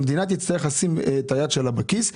המדינה תצטרך לשים את היד שלה בכיס,